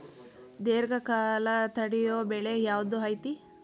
ದೇರ್ಘಕಾಲ ತಡಿಯೋ ಬೆಳೆ ಯಾವ್ದು ಐತಿ?